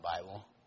Bible